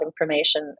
information